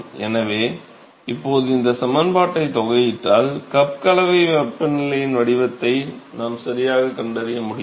எனவே இப்போது இந்த சமன்பாட்டை தொகையிட்டால் கப் கலவை வெப்பநிலையின் வடிவத்தை நாம் சரியாகக் கண்டறிய முடியும்